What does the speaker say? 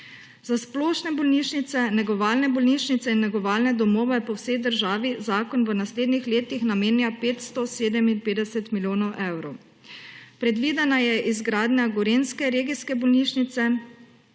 Za splošne bolnišnice, negovalne bolnišnice in negovalne domove po vsej državi zakon v naslednjih letih namenja 557 milijonov evrov. Predvidena je izgradnja gorenjske regijske bolnišnice,